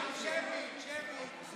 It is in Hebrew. רוצים שמית, שמית.